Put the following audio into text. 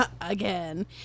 again